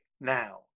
now